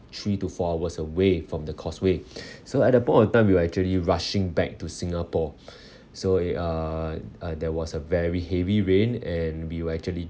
three to four hours away from the causeway so at that point of time we're actually rushing back to singapore so eh uh uh there was a very heavy rain and we were actually